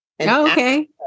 Okay